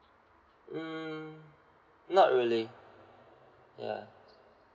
mm not really ya